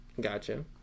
Gotcha